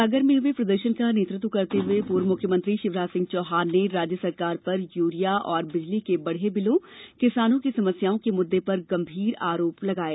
सागर में हुये प्रदर्शन का नेतृत्व करते हुये पूर्व मुख्यमंत्री शिवराज सिंह चौहान ने राज्य सरकार पर यूरिया बिजली के बढ़े बिलों और किसानों की समस्याओं के मुद्दे पर गंभीर आरोप लगाये